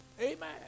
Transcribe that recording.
Amen